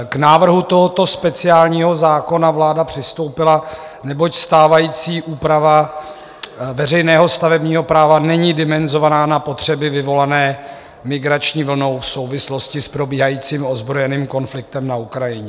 K návrhu tohoto speciálního zákona vláda přistoupila, neboť stávající úprava veřejného stavebního práva není dimenzovaná na potřeby vyvolané migrační vlnou v souvislosti s probíhajícím ozbrojeným konfliktem na Ukrajině.